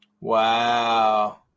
Wow